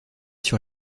sur